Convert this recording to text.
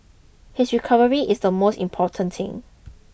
his recovery is the most important thing